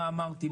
מה אמרתי,